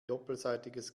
doppelseitiges